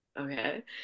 okay